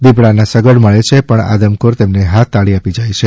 દીપડાના સગડ મળે છે પણ આદમખોર તેમને હાથતાળી આપી જાય છે